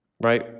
right